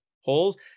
holes